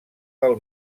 del